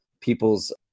people's